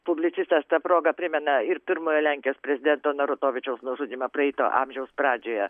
publicistas ta proga primena ir pirmojo lenkijos prezidento narutovičiaus nužudymą praeito amžiaus pradžioje